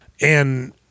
And-